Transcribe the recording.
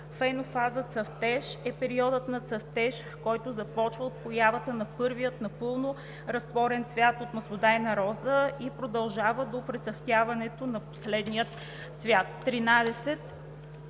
„Фенофаза цъфтеж“ е периодът на цъфтеж, който започва от появата на първия напълно разтворен цвят от маслодайна роза и продължава до прецъфтяването на последния цвят. 13.